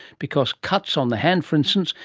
because cuts on the hand, for instance,